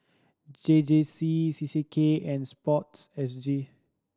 J J C C C K and SPORTSG